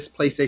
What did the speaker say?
playstation